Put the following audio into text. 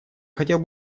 хотел